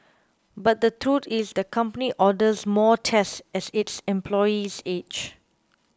but the truth is the company orders more tests as its employees age